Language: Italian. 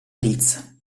leeds